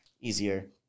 easier